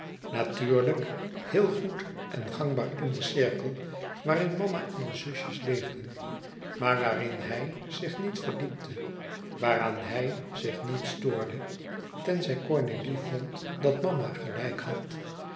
natuurlijk heel goed en gangbaar in den cirkel waarin mama en de zusjes leefden maar waarin hij zich niet verdiepte waaraan hij zich niet stoorde tenzij cornélie vond dat mama gelijk had